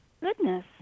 goodness